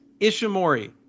Ishimori